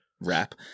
rap